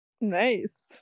Nice